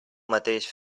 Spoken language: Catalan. mateix